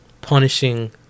punishing